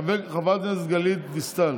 חברת הכנסת גלית דיסטל,